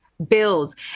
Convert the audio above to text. builds